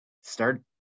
start